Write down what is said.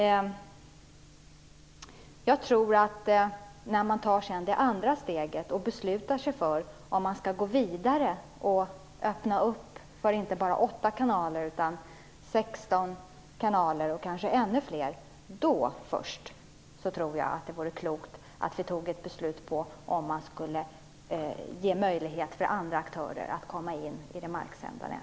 När man sedan tar det andra steget och beslutar sig för om man skall gå vidare och öppna för mer än åtta kanaler, 16 eller fler, då först vore det klokt att besluta om man skall ge andra aktörer möjlighet att komma in på det marksända nätet.